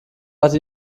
hatte